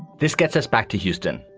this gets us back to houston.